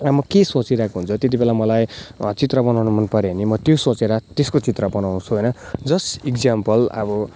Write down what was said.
अब म के सोचिरहेको हुन्छ त्यति बेला मलाई चित्र बनाउनु मन पऱ्यो भने मो त्यो सोचेर त्यसको चित्र बनाउँछु है जस्ट इग्जाम्पल अब